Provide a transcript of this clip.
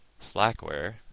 Slackware